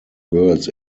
girls